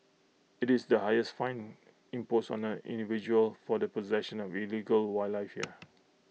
IT is the highest fine imposed on an individual for the possession of illegal wildlife here